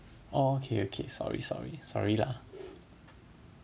okay okay sorry sorry sorry lah